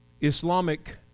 Islamic